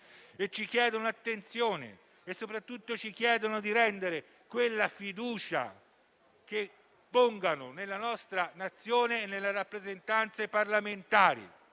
ci chiedono attenzione e, soprattutto, ci chiedono di rendere concreta la fiducia che pongono nella nostra Nazione e nelle rappresentanze parlamentari